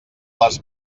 les